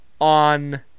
on